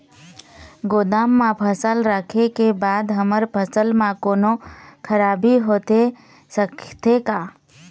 गोदाम मा फसल रखें के बाद हमर फसल मा कोन्हों खराबी होथे सकथे का?